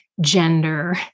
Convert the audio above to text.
gender